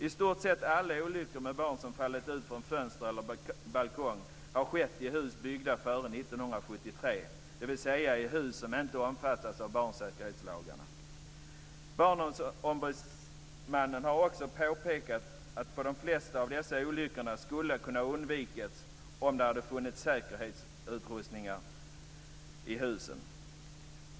I stort sett alla olyckor med barn som fallit ut från fönster eller balkong har skett i hus byggda före 1973, dvs. i hus som inte omfattas av barnsäkerhetslagarna. Barnombudsmannen har också påpekat att de flesta av dessa olyckor skulle kunna ha undvikits om det hade funnits säkerhetsutrustningar i husen.